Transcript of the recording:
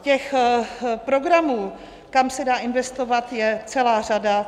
Těch programů, kam se dá investovat, je celá řada.